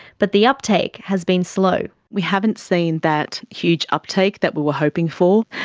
but the uptake has been slow. we haven't seen that huge uptake that we were hoping for.